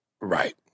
Right